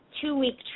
two-week